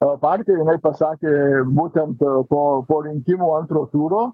o partijai jinai pasakė būtent po po rinkimų antro turo